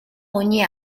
ogni